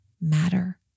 matter